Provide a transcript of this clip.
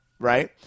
right